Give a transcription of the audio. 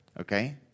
Okay